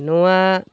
ᱱᱚᱣᱟ